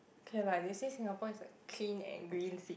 okay lah they say Singapore is a clean and green cit~